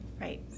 Right